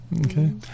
Okay